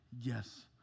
yes